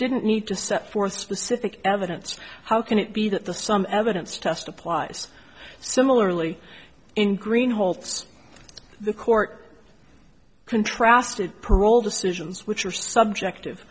didn't need to set forth specific evidence how can it be that the some evidence test applies similarly in green holds the court contrasted parole decisions which are subjective